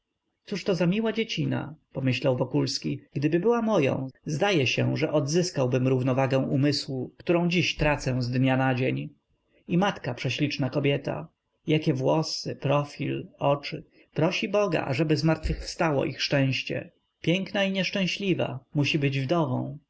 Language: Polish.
co to za miła dziecina myślał wokulski gdyby była moją zdaje się że odzyskałbym równowagę umysłu którą dziś tracę z dnia na dzień i matka prześliczna kobieta jakie włosy profil oczy prosi boga ażeby zmartwychwstało ich szczęście piękna i nieszczęśliwa musi być wdową